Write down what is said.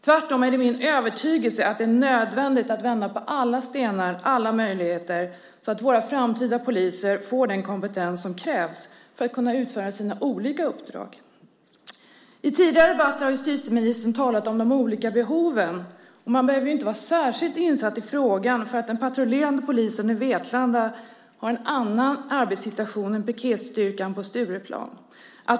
Tvärtom är det min övertygelse att det är nödvändigt att vända på alla stenar och se alla möjligheter så att våra framtida poliser får den kompetens som krävs för att kunna utföra sina olika uppdrag. I tidigare debatter har justitieministern talat om de olika behoven. Man behöver inte vara särskilt insatt i frågan för att förstå att den patrullerande polisen i Vetlanda har en annan arbetssituation än piketstyrkan på Stureplan.